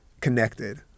connected